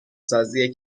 سازی